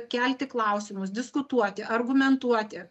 kelti klausimus diskutuoti argumentuoti